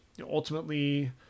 ultimately